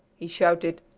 he shouted.